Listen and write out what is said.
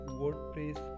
wordpress